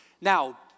Now